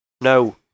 No